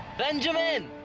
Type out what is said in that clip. benjamin!